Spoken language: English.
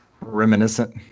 Reminiscent